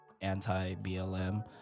anti-BLM